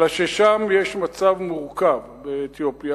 אלא שיש מצב מורכב באתיופיה,